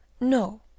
no